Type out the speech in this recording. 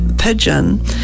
pigeon